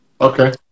Okay